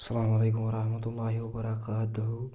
سلام وعيکُم ورحمتہ اللہ وبرکاتہُ